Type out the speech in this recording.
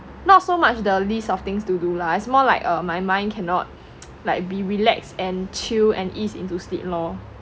not so much the list of things to do lah it's more like uh my mind cannot like be relaxed and chill and ease into sleep lor